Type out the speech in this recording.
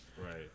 right